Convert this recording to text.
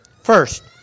First